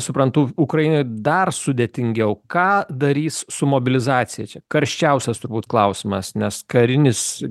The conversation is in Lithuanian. suprantu ukrainoj dar sudėtingiau ką darys su mobilizacija čia karščiausias turbūt klausimas nes karinis